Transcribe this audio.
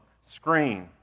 screen